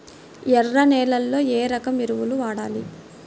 ఎర్ర నేలలో ఏ రకం ఎరువులు వాడాలి?